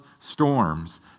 storms